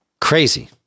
Crazy